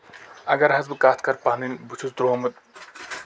اَگر حظ بہٕ کَتھ کَرٕ پَنٕنۍ بہٕ چھُس دراومُت